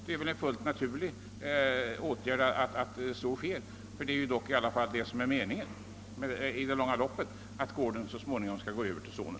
Det är väl fullt naturligt att så sker, för meningen är väl att att gården så småningom skall gå över till sonen.